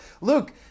Luke